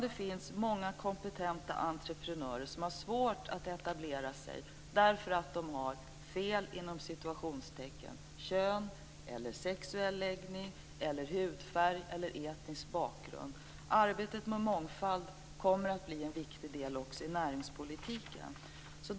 Det finns fortfarande många kompetenta entreprenörer som har svårt att etablera sig därför att de har "fel" Arbetet med mångfald kommer att bli en viktig del också i näringspolitiken.